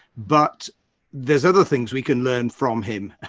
but there's other things we can learn from him,